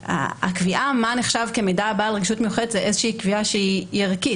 שהקביעה מה נחשב כמידע בעל רגישות מיוחדת זו איזה קביעה שהיא ערכית.